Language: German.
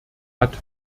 hat